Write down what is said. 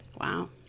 Wow